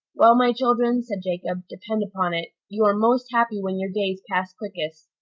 well, my children, said jacob, depend upon it, you are most happy when your days pass quickest,